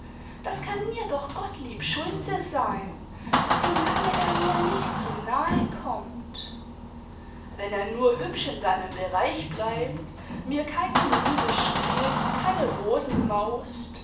das kann mir doch gottlieb schulze sein solange er mir nicht zu nahe kommt wenn er nur hübsch in seinem bereich bleibt mir kein gemüse stiehlt keine rosen